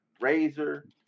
razor